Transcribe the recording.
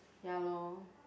ya lorh